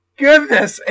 Goodness